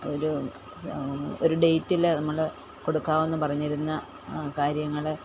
ഒരു ഒരു ഡേറ്റില് നമ്മള് കൊടുക്കാവെന്നും പറഞ്ഞിരുന്ന കാര്യങ്ങള്